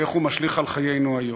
ואיך הוא משליך על חיינו היום.